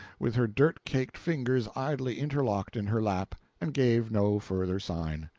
with her dirt-caked fingers idly interlocked in her lap, and gave no further sign.